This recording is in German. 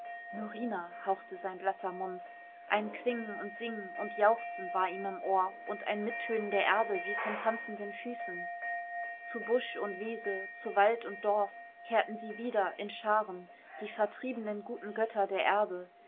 norina hauchte sein blasser mund ein klingen und singen und jauchzen war ihm im ohr und ein mittönen der erde wie von tanzenden füßen zu busch und wiese zu wald und dorf kehrten sie wieder in scharen die vertriebenen guten götter der erde